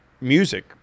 music